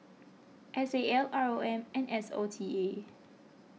S A L R O M and S O T A